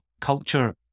culture